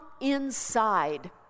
inside